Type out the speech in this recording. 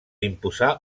imposar